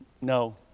No